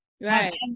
Right